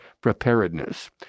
preparedness